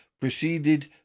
proceeded